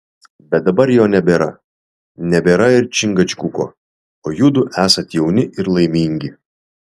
bet dabar jo nebėra nebėra ir čingačguko o judu esat jauni ir laimingi